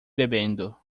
bebendo